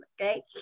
okay